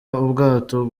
ubwato